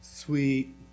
Sweet